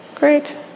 Great